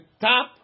top